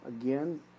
again